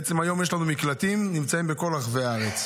בעצם, כיום יש לנו מקלטים בכל רחבי הארץ,